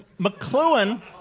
McLuhan